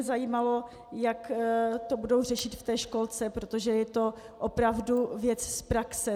Zajímalo by mě, jak to budou řešit ve školce, protože je to opravdu věc z praxe.